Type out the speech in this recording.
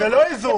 זה איזון.